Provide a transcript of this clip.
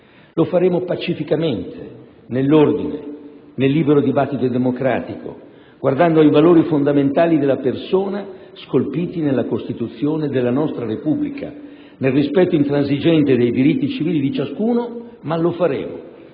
Lo faremo pacificamente, nell'ordine, nel libero dibattito democratico, guardando ai valori fondamentali della persona scolpiti nella Costituzione della nostra Repubblica, nel rispetto intransigente dei diritti civili di ciascuno, ma lo faremo.